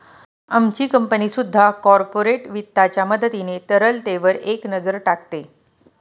आमची कंपनी सुद्धा कॉर्पोरेट वित्ताच्या मदतीने तरलतेवर एक नजर टाकते